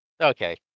Okay